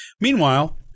Meanwhile